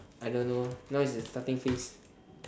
I don't know now is the starting phase